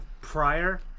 prior